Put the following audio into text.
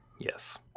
Yes